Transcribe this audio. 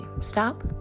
stop